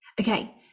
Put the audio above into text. Okay